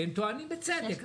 והם טוענים בצדק,